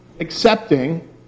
accepting